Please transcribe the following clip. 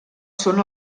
són